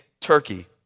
Turkey